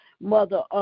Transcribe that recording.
Mother